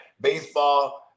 baseball